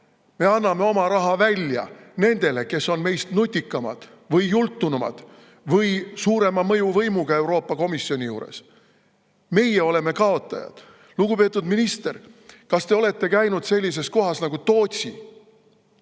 Me anname oma raha välja nendele, kes on meist nutikamad või jultunumad või suurema mõjuvõimuga Euroopa Komisjoni juures. Meie oleme kaotajad. Lugupeetud minister, kas te olete käinud sellises kohas nagu Tootsi?